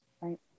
Right